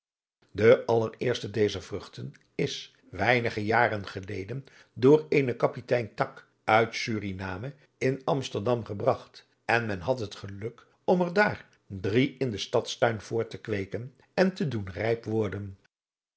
de allereerste dezer vruchten is weinige jaren geleden door eenen kapitein tak uit suriname in amsterdam gebragt en men had het geluk om er daar drie in den stads tuin voort te kweeken en te doen rijp worden